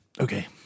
Okay